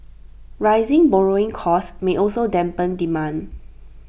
rising borrowing costs may also dampen demand